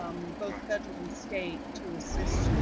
um both federal and state to assist you.